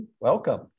welcome